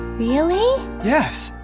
really? yes.